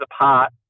apart